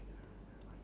um